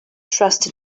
trust